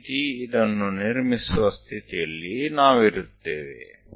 ಈ ರೀತಿ ಇದನ್ನು ನಿರ್ಮಿಸುವ ಸ್ಥಿತಿಯಲ್ಲಿ ನಾವಿರುತ್ತೇವೆ